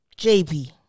JB